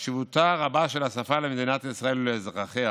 חשיבותה הרבה של השפה למדינת ישראל ולאזרחיה